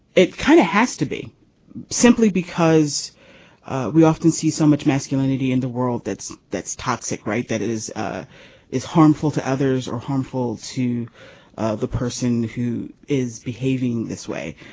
it kind of has to be simply because we often see so much masculinity in the world. that's that's toxic right that it is ah is harmful to others or harmful to ah the person who is behaving this way.